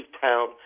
town